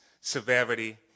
severity